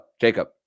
Jacob